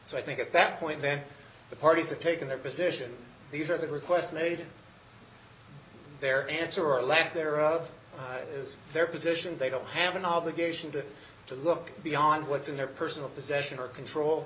so i think at that point then the parties are taking their position these are good requests made their answer or lack thereof is their position they don't have an obligation to look beyond what's in their personal possession or control